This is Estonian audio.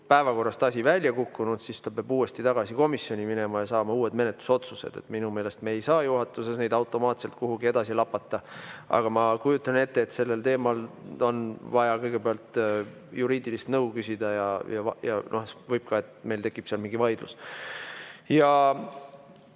päevakorrast asi välja kukkunud, siis ta peab uuesti tagasi komisjoni minema ja saama uued menetlusotsused. Minu meelest me ei saa juhatuses neid automaatselt kuhugi edasi lapata. Aga ma kujutan ette, et sellel teemal on vaja kõigepealt juriidilist nõu küsida ja võib olla ka, et meil tekib seal mingi vaidlus. Ja